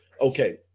Okay